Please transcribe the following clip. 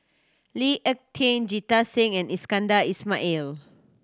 Lee Ek Kieng Jita Singh and Iskandar Ismail